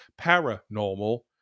Paranormal